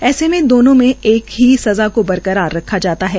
ऐसे में दोनों मे एक ही सज़ा को बरकरार रखा जाता है